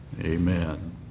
amen